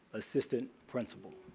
assistant principal.